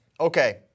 okay